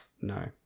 No